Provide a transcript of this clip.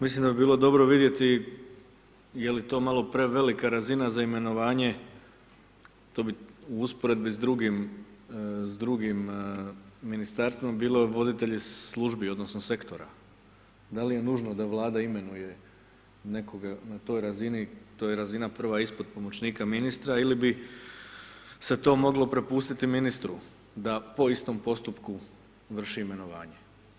Mislim da bi bilo dobro vidjeti je li to malo prevelika razina za imenovanje, to bi u usporedbi s drugim, s drugim Ministarstvima bilo voditelji službi odnosno sektora, da li je nužno da Vlada imenuje nekoga na toj razini, to je razina prva ispod pomoćnika ministra ili bi se to moglo prepustiti ministru, da po istom postupku vrši imenovanje.